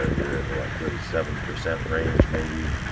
ah you're in the what thirty-seven percent range maybe.